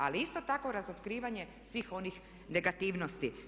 Ali isto tako razotkrivanje svih onih negativnosti.